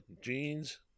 jeans